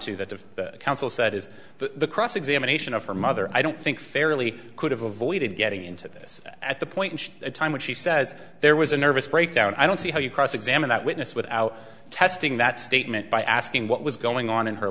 that the counsel said is the cross examination of her mother i don't think fairly could have avoided getting into this at the point in time when she says there was a nervous breakdown i don't see how you cross examine that witness without testing that statement by asking what was going on in her